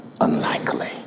unlikely